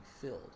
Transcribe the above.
filled